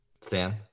Sam